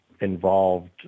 involved